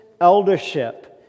eldership